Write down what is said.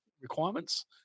requirements